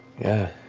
yeah.